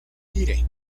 tire